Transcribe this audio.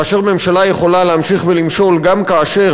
כאשר ממשלה יכולה להמשיך ולמשול גם כאשר